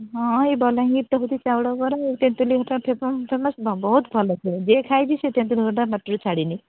ହଁ ଏଇ ବଲାଙ୍ଗିରଟା ବୋଧେ ଚାଉଳ ବରା ଆଉ ତେନ୍ତୁଳି ଫେମସ୍ ବହୁତ ଭଲ ଯେ ଖାଇଛି ତେନ୍ତୁଳି ଖଟା ପାଟିରୁ ଛାଡ଼ିନି